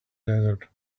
desert